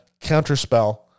Counterspell